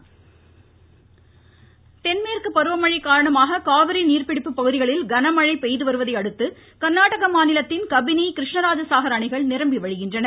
ம்ம்ம்ம்ம் அணகள் தென்மேற்கு பருவமழை காரணமாக காவிரி நீர்பிடிப்பு பகுதிகளில் கனமழை பெய்துவருவதை அடுத்து கள்நாடக மாநிலத்தின் கபிணி கிருஷ்ணராஜசாஹர் அணைகள் நிரம்பி வழிகின்றன